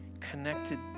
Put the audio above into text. connected